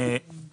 שהכבישים אליהם